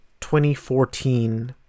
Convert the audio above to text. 2014